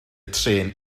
trên